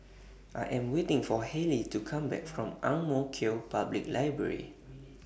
I Am waiting For Hailee to Come Back from Ang Mo Kio Public Library